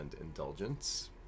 indulgence